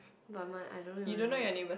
but my I don't even